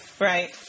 Right